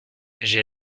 j’ai